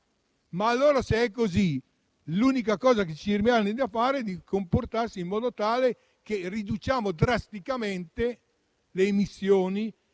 Allora, se è così, l'unica cosa che ci rimane da fare è comportarci in modo da ridurre drasticamente le emissioni